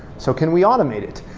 so can we automate it?